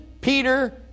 Peter